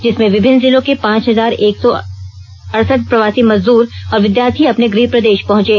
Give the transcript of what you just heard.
जिसमें विभिन्न जिलों के पांच हजार एक सौ अरसठ प्रवासी मजदूर और विद्यार्थी अपने गृह प्रदेश पहंचे